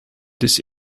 this